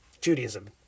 Judaism